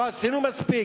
לא עשינו מספיק?